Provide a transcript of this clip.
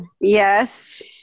yes